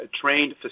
trained